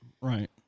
right